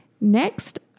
Next